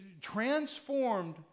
transformed